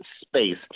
space